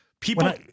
People